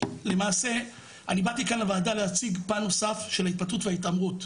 שלמעשה אני באתי כאן לוועדה להציג פן נוסף של ההתפטרות וההתעמרות.